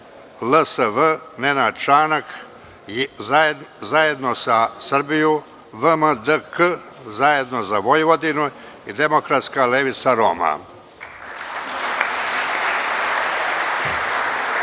LSV – Nenad Čanak, Zajedno za Srbiju, VMDK, Zajedno za Vojvodinu, Demokratska levica Roma,